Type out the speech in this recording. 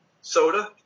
soda